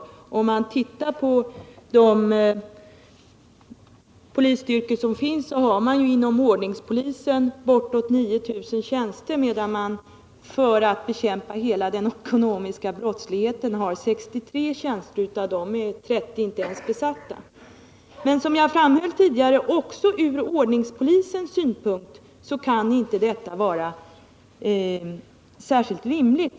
Det räcker med att titta på de polisstyrkor som finns: Ordningspolisen har bortåt 9000 tjänster, men för att bekämpa hela den ekonomiska brottsligheten förfogar polisen över 63 tjänster, och av dem är 30 inte ens besatta. Som jag framhöll tidigare: Inte heller ur ordningspolisens synpunkt kan detta vara särskilt rimligt.